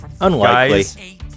Unlikely